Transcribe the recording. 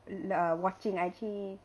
uh uh watching it I actually